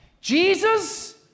Jesus